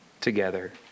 together